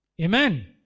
Amen